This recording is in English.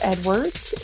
Edwards